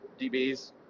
DBs